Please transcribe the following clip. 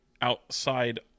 outside